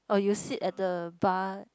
oh you sit at the bar